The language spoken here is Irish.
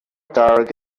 dearg